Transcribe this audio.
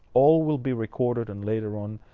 all will be recorded and later on,